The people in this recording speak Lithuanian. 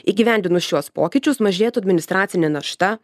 įgyvendinus šiuos pokyčius mažėtų administracinė našta